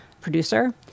producer